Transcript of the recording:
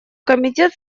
комитет